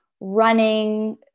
running